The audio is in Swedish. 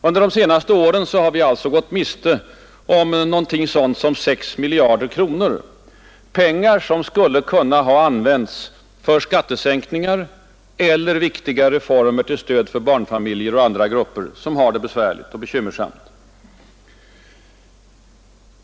Under de senaste åren har vi alltså gått miste om någonting sådant som 6 miljarder kronor, pengar som skulle ha kunnat användas för skattesänkningar eller viktiga reformer, till stöd för barnfamiljer och andra grupper som har det besvärligt.